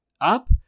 up